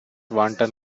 wanton